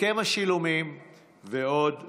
הסכם השילומים ועוד ועוד,